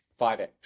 5x